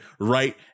right